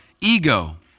ego